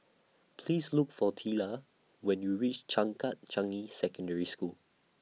Please Look For Teela when YOU REACH Changkat Changi Secondary School